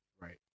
Right